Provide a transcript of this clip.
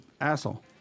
asshole